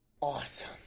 Awesome